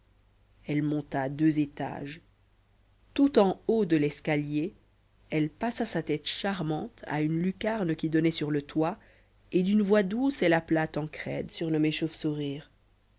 elle monta deux étages tout en haut de l'escalier elle passa sa tête charmante à une lucarne qui donnait sur le toit et d'une voix douce elle